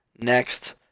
Next